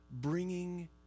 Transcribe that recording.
bringing